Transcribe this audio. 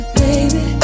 baby